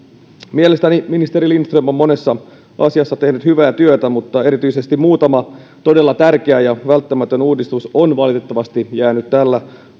mielestäni ministeri lindström on monessa asiassa tehnyt hyvää työtä mutta erityisesti muutama todella tärkeä ja välttämätön uudistus on valitettavasti jäänyt tällä